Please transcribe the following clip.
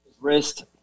wrist